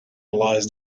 lies